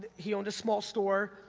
he owned a small store,